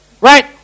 Right